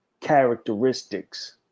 characteristics